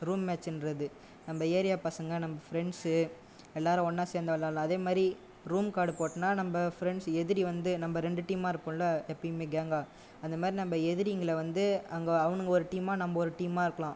room மேட்ச்ன்றது நம்ம area பசங்க நம்ம ஃப்ரெண்ட்ஸ் எல்லாரும் ஒன்றா சேர்ந்து விளையாட்லாம் அதே மாதிரி ரூம் கார்டு போட்டோன்னா நம்ப ஃப்ரெண்ட்ஸ் எதிரி வந்து நம்ம ரெண்டு டீம்மாக இருப்போம்ல எப்பவுமே கேங்காக அந்த மாதிரி நம்ம எதிரிங்களை வந்து அங்கே அவனுங்க ஒரு டீமாக நம்ம ஒரு டீமாக இருக்கலாம்